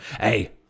hey